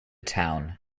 town